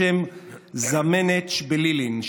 בשם זמנץ בלילין,